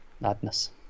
Madness